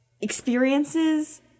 experiences